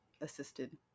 assisted